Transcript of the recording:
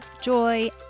joy